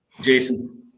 Jason